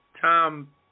Tom